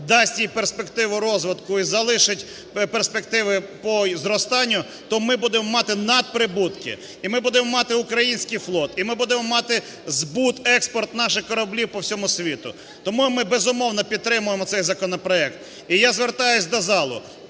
дасть їй перспективу розвитку і залишить перспективи по зростанню, то ми будемо мати надприбутки і ми будемо мати український флот, і ми будемо мати збут, експорт наших кораблів по всьому світу. Тому ми, безумовно, підтримуємо цей законопроект. І я звертаюсь до залу